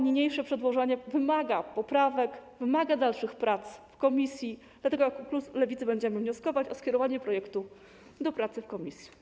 Niniejsze przedłożenie wymaga poprawek, wymaga dalszych prac w komisji, dlatego jako klub Lewicy będziemy wnioskować o skierowanie projektu do pracy w komisji.